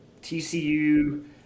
TCU